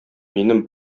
минем